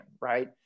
right